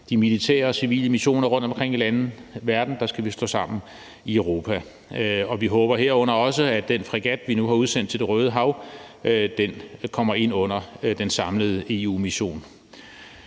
De militære og civile missioner rundtomkring i lande i verden skal vi stå sammen om i Europa. Vi håber herunder også, at den fregat, vi nu har udsendt til Det Røde Hav, kommer ind under den samlede EU-mission.